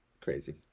Crazy